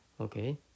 Okay